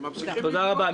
תודה רבה.